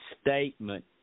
statement